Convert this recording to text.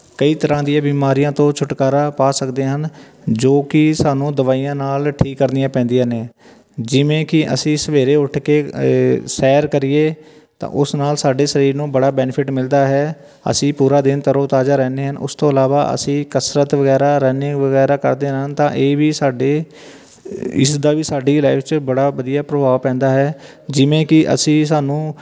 ਕਈ ਤਰ੍ਹਾਂ ਦੀਆਂ ਬਿਮਾਰੀਆਂ ਤੋਂ ਛੁਟਕਾਰਾ ਪਾ ਸਕਦੇ ਹਨ ਜੋ ਕਿ ਸਾਨੂੰ ਦਵਾਈਆਂ ਨਾਲ ਠੀਕ ਕਰਨੀਆਂ ਪੈਂਦੀਆਂ ਨੇ ਜਿਵੇਂ ਕਿ ਅਸੀਂ ਸਵੇਰੇ ਉੱਠ ਕੇ ਸੈਰ ਕਰੀਏ ਤਾਂ ਉਸ ਨਾਲ ਸਾਡੇ ਸਰੀਰ ਨੂੰ ਬੜਾ ਬੈਨੀਫਿਟ ਮਿਲਦਾ ਹੈ ਅਸੀਂ ਪੂਰਾ ਦਿਨ ਤਰੋ ਤਾਜ਼ਾ ਰਹਿੰਦੇ ਹਨ ਉਸ ਤੋਂ ਇਲਾਵਾ ਅਸੀਂ ਕਸਰਤ ਵਗੈਰਾ ਰਨਿੰਗ ਵਗੈਰਾ ਕਰਦੇ ਹਾਂ ਤਾਂ ਇਹ ਵੀ ਸਾਡੇ ਇਸ ਦਾ ਵੀ ਸਾਡੀ ਲਾਈਫ 'ਚ ਬੜਾ ਵਧੀਆ ਪ੍ਰਭਾਵ ਪੈਂਦਾ ਹੈ ਜਿਵੇਂ ਕਿ ਅਸੀਂ ਸਾਨੂੰ